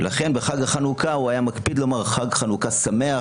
ולכן בחג החנוכה הוא היה מקפיד לומר: חג חנוכה שמח,